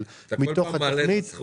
אתה יכול להגיד מה שאתה